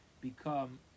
become